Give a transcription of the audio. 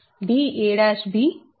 dab